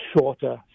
shorter